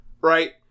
Right